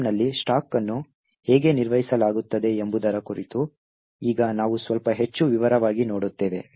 ಪ್ರೋಗ್ರಾಂನಲ್ಲಿ ಸ್ಟಾಕ್ ಅನ್ನು ಹೇಗೆ ನಿರ್ವಹಿಸಲಾಗುತ್ತದೆ ಎಂಬುದರ ಕುರಿತು ಈಗ ನಾವು ಸ್ವಲ್ಪ ಹೆಚ್ಚು ವಿವರವಾಗಿ ನೋಡುತ್ತೇವೆ